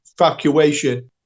evacuation